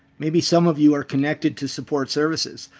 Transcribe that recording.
maybe some of you are connected to support services.